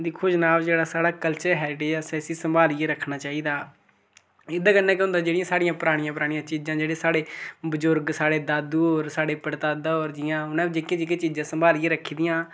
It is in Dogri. दिक्खो जनाब जेह्ड़ा साढ़ा कल्चर हेरिटेज ऐ इसी असें संभालियै रक्खना चाहिदा एह्दे कन्नै केह् होंदा जेह्ड़ियां साढ़ियां परानियां परानियां चीजां जेह्ड़े साढ़े बुजुर्ग साढ़े दादू होर साढ़े परदादा होर जियां उ'नें बी जेह्कियां जेह्कियां चीजां संभालियै रक्खी दियां